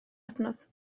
adnodd